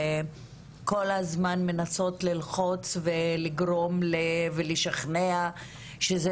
כל הזמן מנסות ללחוץ ולגרום ולשכנע שזה